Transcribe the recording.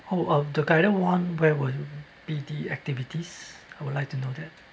oh uh the guided one where will be the activities I would like to know that